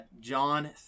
John